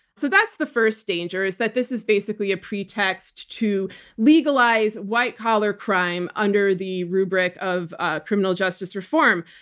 so, that's the first danger, is that this is basically a pretext to legalize white collar crime under the rubric of ah criminal justice reform.